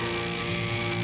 the